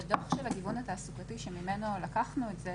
בדוח של הגיוון התעסוקתי שממנו לקחנו את זה,